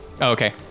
okay